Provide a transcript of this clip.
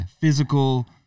physical